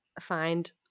find